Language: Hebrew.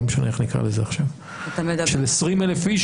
לא משנה איך נקרא לזה עכשיו של 20,000 איש,